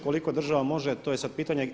Koliko država može to je sad pitanje.